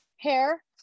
hair